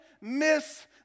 miss